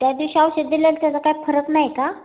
त्या दिवशी औषध दिल्याल त्याचा काय फरक नाही का